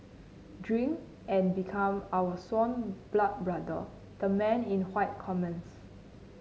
drink and become our sworn blood brother the man in commands